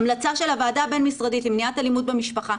ההמלצה של הוועדה הבין-משרדית למניעת אלימות במשפחה,